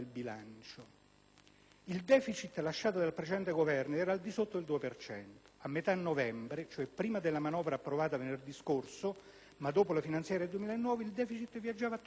Il *deficit* lasciato dal precedente Governo era al di sotto del 2 per cento. A metà novembre, cioè prima della manovra approvata venerdì scorso ma dopo la finanziaria 2009, il *deficit* viaggiava attorno al 3